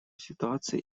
ситуации